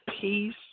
peace